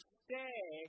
stay